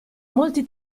molti